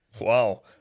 Wow